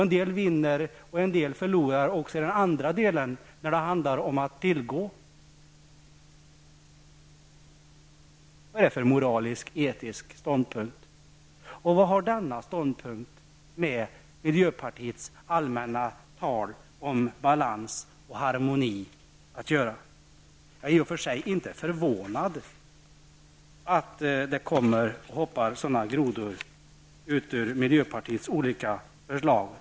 En del vinner och en del förlorar också i den andra delen där det handlar om att tillgå. Vad är det för moralisk--etisk ståndpunkt? Och hur stämmer denna ståndpunkt med miljöpartiets allmänna tal om balans och harmoni? Jag är i och för sig inte förvånad att det hoppar ut sådana grodor ur miljöpartiets olika förslag.